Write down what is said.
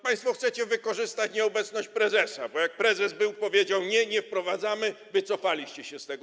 Państwo chcecie wykorzystać nieobecność prezesa, bo jak prezes był, to powiedział: nie, nie wprowadzamy, i wycofaliście się z tego.